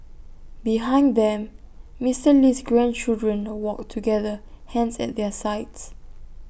behind them Mister Lee's grandchildren walked together hands at their sides